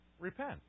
repent